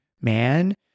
man